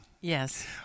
Yes